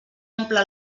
omple